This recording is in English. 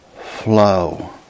flow